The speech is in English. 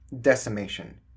decimation